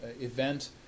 event